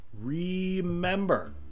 remember